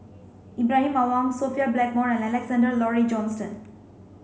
Ibrahim Awang Sophia Blackmore and Alexander Laurie Johnston